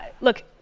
Look